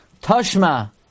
Toshma